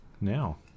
now